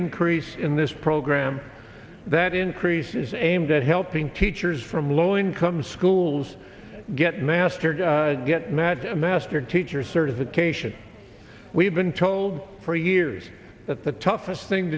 increase in this program that increase is aimed at helping teachers from low income schools get mastered get mad master teacher certification we've been told for years that the toughest thing